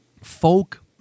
folk